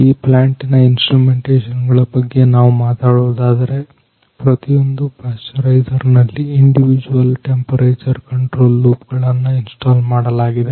ಈ ಪ್ಲಾಂಟಿನ ಇನ್ಸ್ಟ್ರುಮೆಂಟೇಷನ್ ಗಳ ಬಗ್ಗೆ ನಾವು ಮಾತಾಡುವುದಾದರೆ ಪ್ರತಿಯೊಂದು ಪಾಶ್ಚರೈಸರ್ ನಲ್ಲಿ ಇಂಡಿವಿಜುವಲ್ ಟೆಂಪರೇಚರ್ ಕಂಟ್ರೋಲ್ ಲೂಪ್ ಗಳನ್ನ ಇನ್ಸ್ಟಾಲ್ ಮಾಡಲಾಗಿದೆ